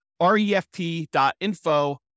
refp.info